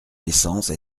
l’essence